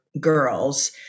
girls